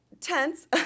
Tense